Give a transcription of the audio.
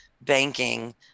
banking